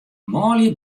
manlju